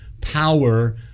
power